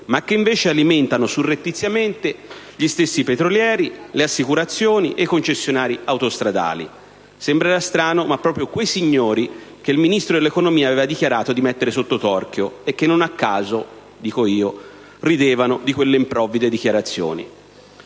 ma che invece alimentano surrettiziamente gli stessi petrolieri, le assicurazioni e i concessionari autostradali; sembrerà strano, ma proprio quei signori che il Ministro dell'economia aveva dichiarato di mettere sotto torchio e che non a caso - dico io - ridevano di quelle improvvide dichiarazioni.